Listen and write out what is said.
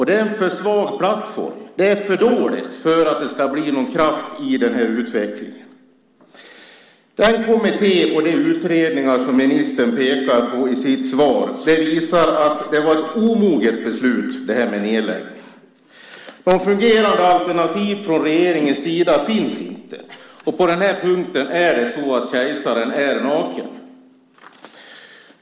Det är en för svag plattform. Det är för dåligt för att det ska bli någon kraft i den här utvecklingen. Den kommitté och de utredningar som ministern pekar på i sitt svar visar att det var ett omoget beslut, det här med nedläggning. Några fungerande alternativ från regeringens sida finns inte. På den här punkten är det så att kejsaren är naken.